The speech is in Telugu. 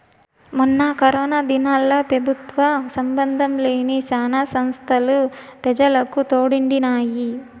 మొన్న కరోనా దినాల్ల పెబుత్వ సంబందం లేని శానా సంస్తలు పెజలకు తోడుండినాయి